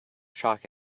chalk